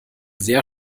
sehr